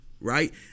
right